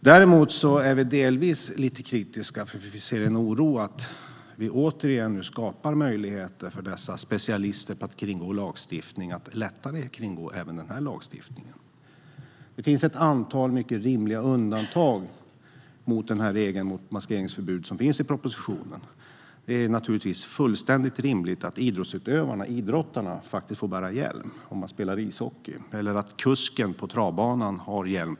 Däremot är vi delvis lite kritiska, för vi ser en oro att vi återigen skapar möjligheter för dessa specialister på att kringgå lagstiftning att lättare kringgå även denna lagstiftning. Det finns ett antal mycket rimliga undantag i regeln om maskeringsförbud i propositionen. Det är naturligtvis fullständigt rimligt att idrottsutövarna får bära hjälm om de spelar ishockey och att kusken på travbanan får bära hjälm.